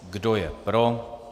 Kdo je pro?